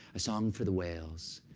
a song for the whales.